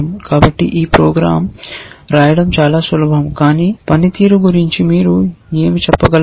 కాబట్టి ఈ ప్రోగ్రామ్ రాయడం చాలా సులభం కానీ పనితీరు గురించి మీరు ఏమి చెప్పగలరు